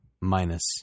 Minus